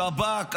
שב"כ,